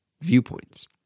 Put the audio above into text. viewpoints